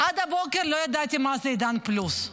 עד הבוקר לא ידעתי מה זה עידן פלוס.